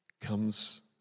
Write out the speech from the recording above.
comes